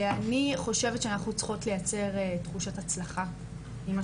אני חושבת שאנחנו צריכות לייצר תחושת הצלחה עם מה